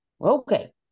Okay